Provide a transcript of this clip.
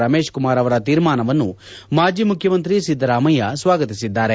ರಮೇಶ್ ಕುಮಾರ್ ತೀರ್ಮಾನವನ್ನು ಮಾಜಿ ಮುಖ್ಯಮಂತ್ರಿ ಒದ್ದರಾಮಯ್ಯ ಸ್ವಾಗತಿಸಿದ್ದಾರೆ